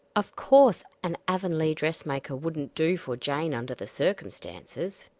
of course an avonlea dressmaker wouldn't do for jane under the circumstances.